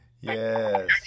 Yes